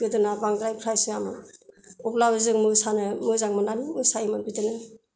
गोदोना बांद्राय प्राइस होआमोन अब्लाबो जों मोसानो मोजां मोननानै मोसायोमोन बिदिनो